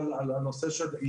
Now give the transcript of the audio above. אלה שבזום ואלה שנמצאים אתנו,